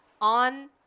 on